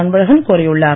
அன்பழகன் கோரியுள்ளார்